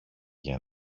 για